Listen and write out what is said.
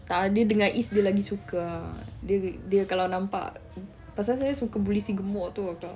tak ah dia dengan izz dia lagi suka dia dia kalau nampak pasal saya suka buli si gemuk tu kakak